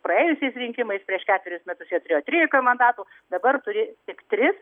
praėjusiais rinkimais prieš ketverius metus jie turėjo trylika mandatų dabar turi tik tris